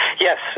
Yes